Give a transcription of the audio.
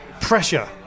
Pressure